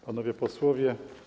Panowie Posłowie!